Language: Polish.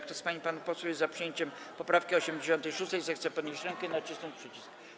Kto z pań i panów posłów jest za przyjęciem poprawki 86., zechce podnieść rękę i nacisnąć przycisk.